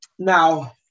Now